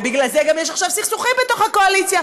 ובגלל זה גם יש עכשיו סכסוכים בתוך הקואליציה.